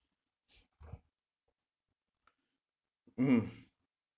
mmhmm